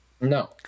No